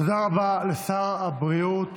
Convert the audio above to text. תודה רבה לשר הבריאות